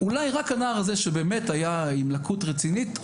אולי רק הנער הזה שבאמת היה עם לקות רצינית,